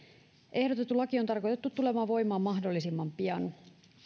ehdotettu laki on tarkoitettu tulemaan voimaan mahdollisimman pian